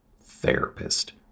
therapist